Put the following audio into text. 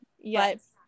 Yes